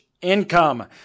Income